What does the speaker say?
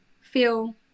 feel